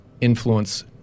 influence